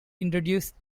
introduced